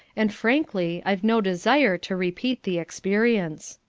and, frankly, i've no desire to repeat the experience.